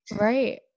Right